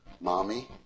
mommy